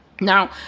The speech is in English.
Now